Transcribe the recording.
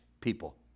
people